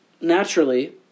naturally